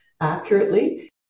accurately